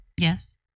Yes